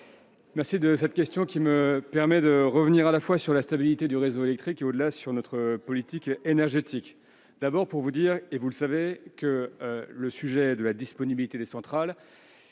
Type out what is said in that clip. remercie de cette question qui me permet de revenir à la fois sur la stabilité du réseau électrique et, au-delà, sur notre politique énergétique. D'abord, comme vous le savez, le sujet de la disponibilité des centrales